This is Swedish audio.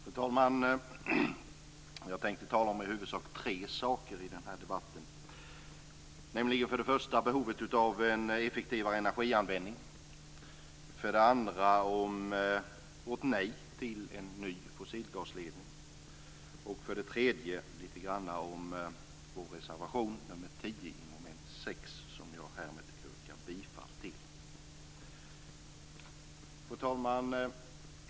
Fru talman! Jag tänker tala om i huvudsak tre saker i denna debatt: för det första om behovet av en effektivare energianvändning, för det andra om vårt nej till en ny fossilgasledning och för det tredje lite grann om vår reservation nr 10 under mom. 6, som jag härmed yrkar bifall till. Fru talman!